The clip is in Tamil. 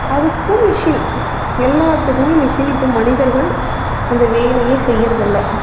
அதுக்கும் மிஷின் எல்லாத்துக்குமே மிஷின் இப்போ மனிதர்கள் அந்த வேலையே செய்கிறதுல்ல